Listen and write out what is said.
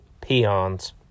peons